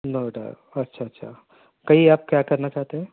نوئیڈا اچھا اچھا کہیے آپ کیا کرنا چاہتے ہیں